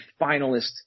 finalist